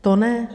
To ne.